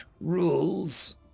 rules